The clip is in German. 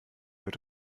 wird